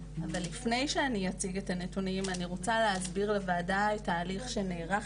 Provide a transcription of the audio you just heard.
אבל לפני שאני אציג את הנתונים אני רוצה להסביר לוועדה את ההליך שנערך